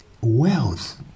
wealth